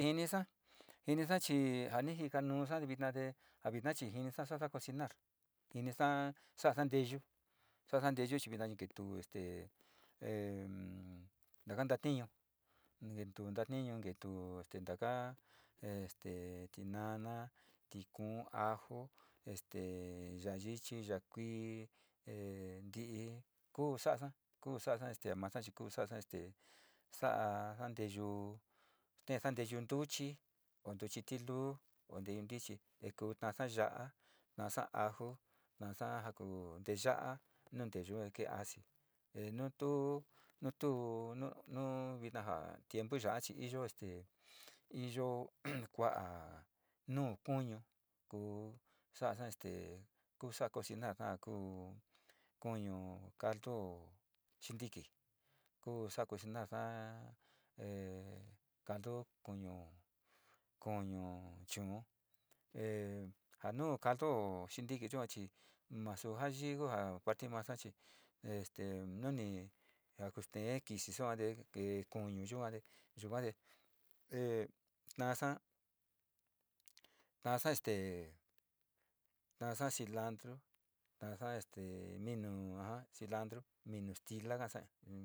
Jinka, jiñisa chi' ja ni' jitkanuusa viita te viña chi' saasa cocinar jiñisa saasa nteyu, saasa nteyu chi' viña kee tu este e kaa ñnii, ajo te este ñtatuúñ ñteeu tata este tiñonari, tiñou, ajo este yua yiichi, yua kui, e ñtiip ku saasasa, kuu saasa te a masachi kuu saasasa este saida ñteyu teesa a nteyu ntilchi o ntuchp tilu o nteyu ntilchi, e kuu ntaasa yala ntaasa aju, ntaasa jo kuu teequía, nu nteyu kee asi e ñtuvi, nu-luu viita joa tiimpu yuar chi' iyo este iiyo kuu nu kuiñi, kuu saasa te kuu sada cocinar so ku kuu callu xintiki ku sada cocinar sada e callu kuu, kuu chuu, ja nu callu xintiki chuach chi' no so ja yiñ ku a parti masa chi' este nunp ja kos'ée kisí yua te e kuu yuate yuka te e tasa, tasa este, tasa cilantlo, tasa mino aja, cilantlo ñimu stilo kaso ji.